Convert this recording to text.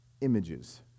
images